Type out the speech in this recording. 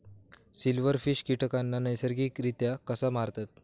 Silverfish कीटकांना नैसर्गिकरित्या कसा मारतत?